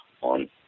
on